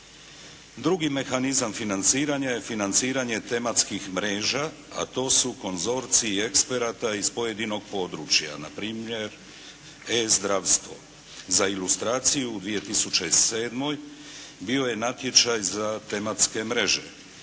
Drugi mehanizam financiranja je financiranje tematskih mreža, a to su konzorcij eksperata iz pojedinog područja npr. e-Zdravstvo. Za ilustraciju, u 2007. bio je natječaj za tematske mreže.